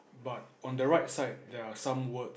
but on the right side there're some words